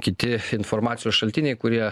kiti informacijos šaltiniai kurie